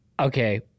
Okay